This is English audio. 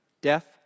death